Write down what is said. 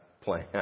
plan